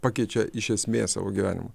pakeičia iš esmės savo gyvenimą